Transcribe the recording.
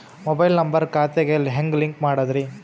Mobile number ಖಾತೆ ಗೆ ಹೆಂಗ್ ಲಿಂಕ್ ಮಾಡದ್ರಿ?